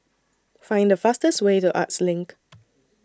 Find The fastest Way to Arts LINK